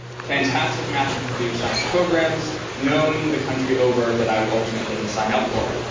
fantastic math and computer science programs known the country over, that i would ultimately sign up for.